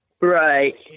Right